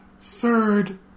third